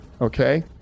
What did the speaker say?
okay